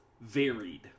varied